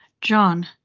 John